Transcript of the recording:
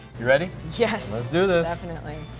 you ready? yes! let's do this! definitely!